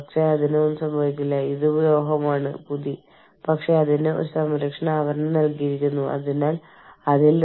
ഡോളറിന്റെ അടിസ്ഥാനത്തിൽ നിങ്ങൾ ശമ്പളം കുറയ്ക്കുന്നുണ്ടോ കാരണം പ്രാദേശികമായി അവരുടെ ചെലവുകൾ കുറയില്ല